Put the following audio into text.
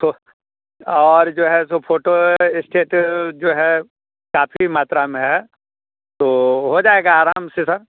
तो और जो है सो फोटो स्टेट जो है काफ़ी मात्रा में है तो हो जाएगा आराम से सर